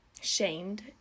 shamed